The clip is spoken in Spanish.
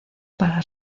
para